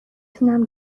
تونم